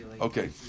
Okay